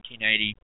1980